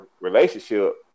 relationship